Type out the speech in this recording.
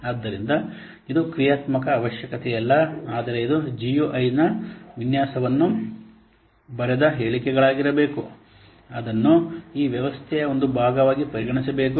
ಆದ್ದರಿಂದ ಇದು ಕ್ರಿಯಾತ್ಮಕ ಅವಶ್ಯಕತೆಯಲ್ಲ ಆದರೆ ಇದು GUI ಅನ್ನು ವಿನ್ಯಾಸಗೊಳಿಸಲು ಬರೆದ ಹೇಳಿಕೆಗಳಾಗಿರಬೇಕು ಅದನ್ನು ಈ ವ್ಯವಸ್ಥೆಯ ಒಂದು ಭಾಗವಾಗಿ ಪರಿಗಣಿಸಬೇಕು